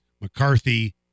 McCarthy